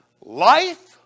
Life